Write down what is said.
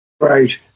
Right